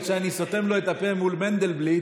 שאני סותם לו את הפה מול מנדלבליט,